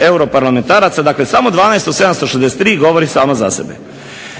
europarlamentaraca, dakle samo 12 od 763 govori sama za sebe.